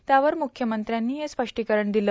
त्यावर मुख्यमंत्र्यांनी हे स्पष्टीकरण दिलं